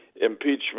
impeachment